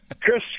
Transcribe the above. Chris